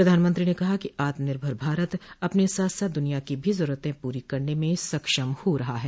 प्रधानमंत्री ने कहा कि आत्म निर्भर भारत अपने साथ साथ दुनिया की भी जरूरतें पूरी करने में सक्षम हो रहा है